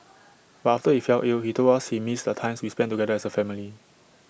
but after he fell ill he told us he missed the times we spent together as A family